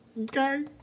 Okay